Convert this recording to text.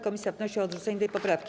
Komisja wnosi o odrzucenie tej poprawki.